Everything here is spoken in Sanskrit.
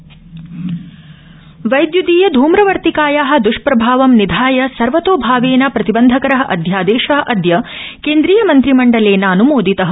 केन्द्रीय मन्त्रिमण्डलम् वैदयूदीय धूम्रवर्तिकाया दृष्प्रभावं निधाय सर्वतोभावेन प्रतिबन्धकर अध्यादेश अदय केन्द्रीय मन्त्रिमण्डलेनान्मोदितः